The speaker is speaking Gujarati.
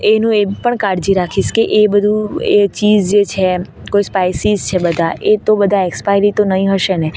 એનું એમ પણ કાળજી રાખીશ કે એ બધું એ ચીઝ જે છે એમ કોઈ સ્પાઇસિસ છે બધા એ તો બધા એક્સપાયરી તો નહીં હશે ને